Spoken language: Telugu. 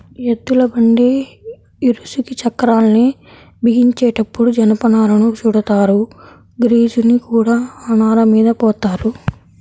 ఎద్దుల బండి ఇరుసుకి చక్రాల్ని బిగించేటప్పుడు జనపనారను చుడతారు, గ్రీజుని కూడా ఆ నారమీద పోత్తారు